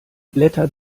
blätter